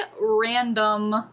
random